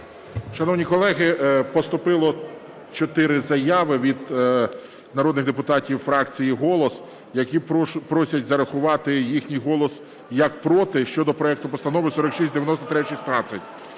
Шановні колеги, поступило чотири заяви від народних депутатів фракції "Голос", які просять зарахувати їхній голос, як "проти" щодо проекту Постанови 4693-16.